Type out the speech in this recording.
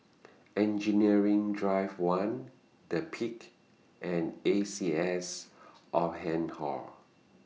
Engineering Drive one The Peak and A C S Oldham Hall